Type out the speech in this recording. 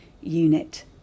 unit